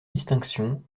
distinction